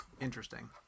Interesting